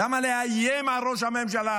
למה לאיים על ראש הממשלה?